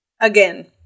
Again